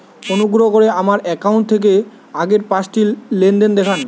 অনুগ্রহ করে আমার অ্যাকাউন্ট থেকে আগের পাঁচটি লেনদেন দেখান